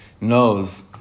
knows